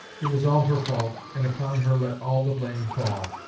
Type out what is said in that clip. it was all her fault, and upon her let all the blame fall.